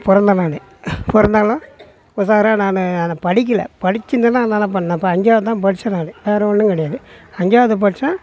பிறந்தேன் நானும் பிறந்தாலும் உசாராக நானும் ஆனால் படிக்கல படிச்சுருந்தேன்னா நான் தான் பண்ணிண நான் அப்போ அஞ்சாவது தான் படித்தேன் நானும் வேறு ஒன்றும் கிடயாது அஞ்சாவது படித்தேன்